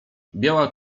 biała